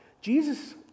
Jesus